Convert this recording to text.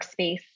workspace